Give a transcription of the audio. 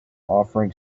offering